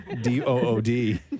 D-O-O-D